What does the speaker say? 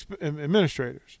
administrators